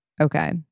Okay